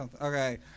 Okay